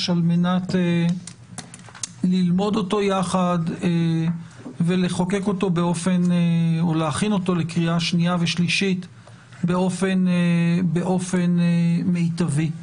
על מנת ללמוד אותו יחד ולהכין אותו לקריאה השנייה והשלישית באופן מיטבי.